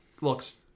looks